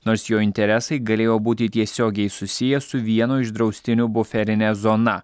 nors jo interesai galėjo būti tiesiogiai susiję su vieno iš draustinių buferine zona